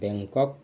Bangkok